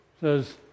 says